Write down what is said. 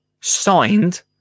signed